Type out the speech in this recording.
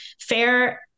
fair